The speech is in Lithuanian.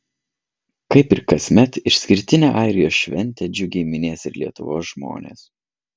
kaip ir kasmet išskirtinę airijos šventę džiugiai minės ir lietuvos žmonės